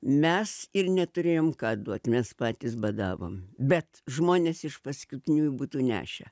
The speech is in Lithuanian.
mes ir neturėjom ką duot mes patys badavom bet žmonės iš paskutiniųjų būtų nešę